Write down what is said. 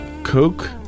Coke